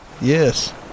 Yes